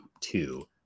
two